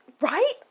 Right